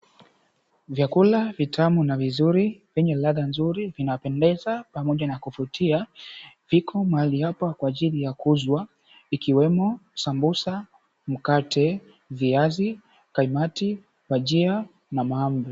Vyakula vitamu na vizuri venye ladha nzuri vinapendeza pamoja na kuvutia, viko mahali apa kwaajili ya kuuzwa ikiwemo; sambusa, mkate, viazi, kaimati, bajia na mahamri.